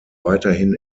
weiterhin